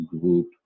group